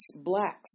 blacks